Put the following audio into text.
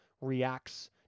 reacts